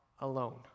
alone